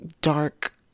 dark